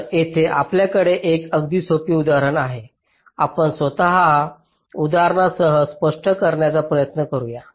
तर येथे आपल्याकडे एक अगदी सोपी उदाहरण आहे आपण स्वतःच या उदाहरणासह स्पष्ट करण्याचा प्रयत्न करूया